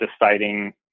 deciding